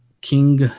King